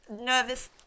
Nervous